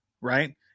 right